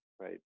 right